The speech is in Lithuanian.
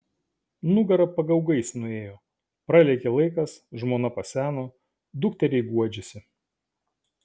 nugara pagaugais nuėjo pralėkė laikas žmona paseno dukteriai guodžiasi